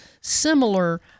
similar